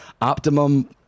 optimum